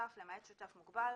שותף למעט שותף מוגבל,